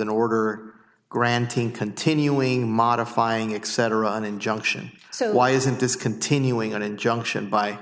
an order granting continuing modifying except for an injunction so why isn't discontinuing an injunction by